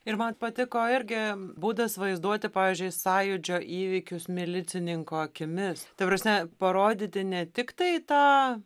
ir man patiko irgi būdas vaizduoti pavyzdžiui sąjūdžio įvykius milicininko akimis ta prasme parodyti ne tiktai tą